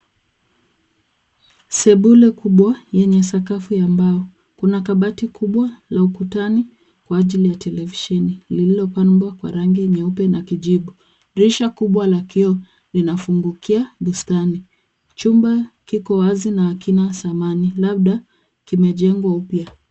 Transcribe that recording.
Sebule kubwa yenye sakafu ya mbao. Kuna kabati kubwa la ukutani kwa ajili ya televisheni, lililopambwa kwa rangi nyeupe na kijivu. Dirisha kubwa la kioo linafungukia bustani. Chumba kiko wazi na hakina samani labda kimejengwa upya.